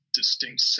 distinct